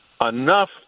enough